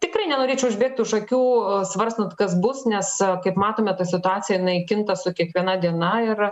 tikrai nenorėčiau užbėgt už akių svarstant kas bus nes kaip matome ta situacija jinai kinta su kiekviena diena ir